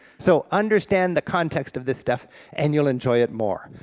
so understand the context of this stuff and you'll enjoy it more.